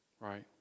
Right